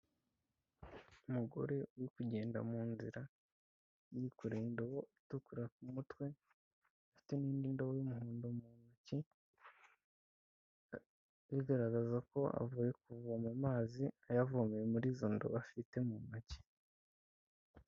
Umugore uri kugenda mu nzira yikoreye indobo itukura ku mutwe, afite n'indi ndobo y'umuhondo mu ntoki, bigaragaza ko avuye kuvoma amazi ayavomeye muri izo ndobo afite mu ntoki.